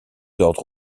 ordres